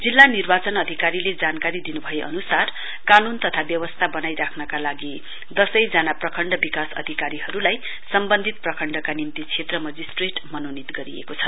जिल्ला निर्वाचन अधिकारीले जानकारी दिनुभए अनुसार कानून तथा व्यवस्था वनाइ राख्न् लागि दसैजना प्रखण्ड विकास अधिकारीहरुलाई सम्बन्धित पखण्चका निम्ति क्षेत्र मजिस्ट्रेट मनोनित गरिएको छ